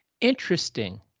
Interesting